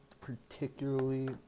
particularly